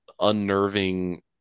unnerving